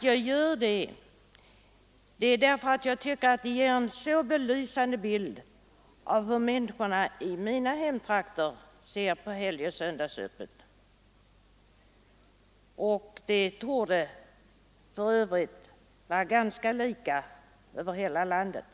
Jag gör det därför att jag anser att det ger en så belysande bild av hur människorna i mina hemtrakter ser på helgoch söndagsöppet. Det torde för övrigt vara ganska lika över hela landet.